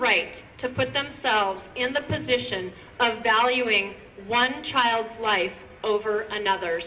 right to put themselves in the position of valuing one child's life over another